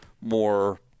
more